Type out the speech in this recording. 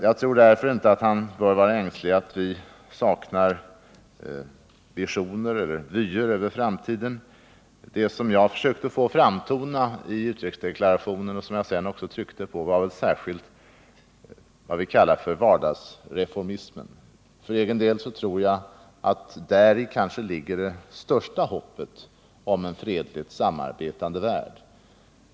Jag tror att han inte bör vara ängslig för att vi saknar vyer för framtiden. Det som jag har försökt få att framtona i utrikesdeklarationen, och som jag sedan också tryckte på, är vad vi kallar för vardagsreformismen. För egen del tror jag att det däri kanske ligger det största hoppet om en fredlig, samarbetande värld.